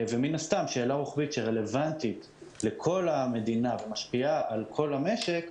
מן הסתם שאלה רוחבית שרלוונטית לכל המדינה ומשפיעה על כל המשק,